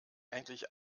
endlich